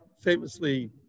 famously